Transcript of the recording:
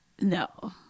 no